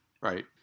right